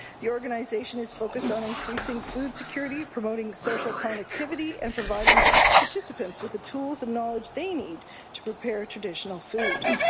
the organization is focused on increasing food security, promoting social connect kind of activity and providing participants with the tools and knowledge they need to prepare traditional food.